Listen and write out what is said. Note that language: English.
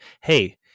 Hey